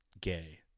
gay